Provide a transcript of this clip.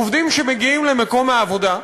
עובדים שמגיעים למקום העבודה,